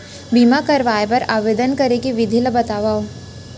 बीमा करवाय बर आवेदन करे के विधि ल बतावव?